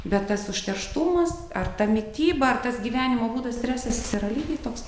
bet tas užterštumas ar ta mityba ar tas gyvenimo būdas stresas jis yra lygiai toks